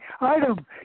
item